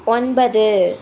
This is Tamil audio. ஒன்பது